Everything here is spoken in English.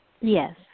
Yes